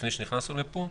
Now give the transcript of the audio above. לפני שנכנסנו לפה,